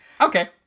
Okay